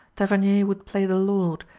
tavernier would play the lord,